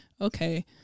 okay